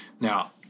Now